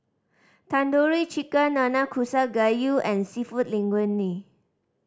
Tandoori Chicken Nanakusa Gayu and Seafood Linguine